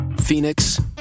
Phoenix